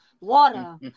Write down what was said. water